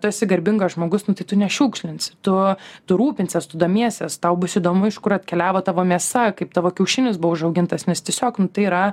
tu esi garbingas žmogus nu tai tu nešiukšlinsi tu tu rūpinsies tu domiesies tau bus įdomu iš kur atkeliavo tavo mėsa kaip tavo kiaušinis buvo užaugintas nes tiesiog tai yra